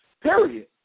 period